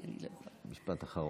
משפט אחרון.